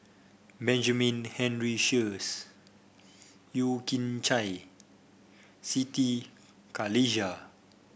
Benjamin Henry Sheares Yeo Kian Chye Siti Khalijah